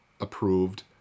approved